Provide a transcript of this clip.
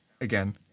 again